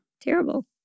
Terrible